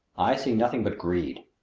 i see nothing but greed.